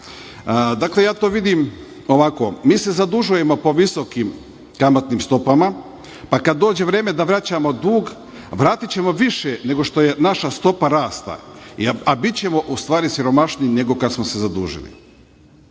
itd. Dakle, ja to vidim ovako. Mi se zadužujemo po visokim kamatnim stopama, pa kad dođe vreme da vraćamo dug, vratićemo više nego što je naša stopa rasta, a bićemo u stvari siromašniji nego kad smo se zadužili.